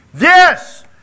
Yes